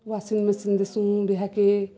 washing machine ଦେସୁଁ ବିହାକେ